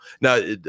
Now